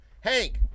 Hank